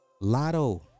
Lotto